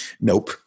nope